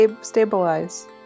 Stabilize